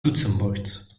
toetsenbord